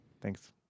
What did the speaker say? thanks